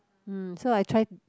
mm so I try